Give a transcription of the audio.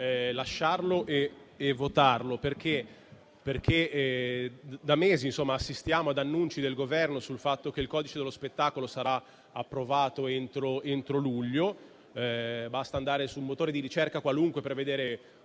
1.1 e votarlo. Da mesi, infatti, assistiamo ad annunci del Governo sul fatto che il codice dello spettacolo sarà approvato entro luglio. Basta andare su un motore di ricerca qualunque per vedere